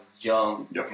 young